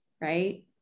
right